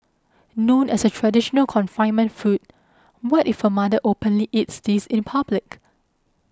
known as a traditional confinement food what if a mother openly eats this in public